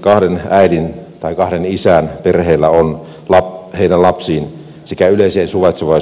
kahden äidin tai kahden isän perheellä on heidän lapsiinsa sekä yleiseen suvaitsevaisuuden kulttuuriin